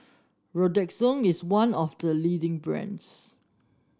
Redoxon is one of the leading brands